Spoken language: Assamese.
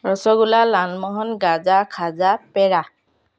ৰসগোলা লালমোহন গাজা খাজা পেৰা